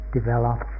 develop